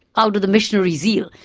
out of the missionary zeal.